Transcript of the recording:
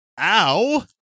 ow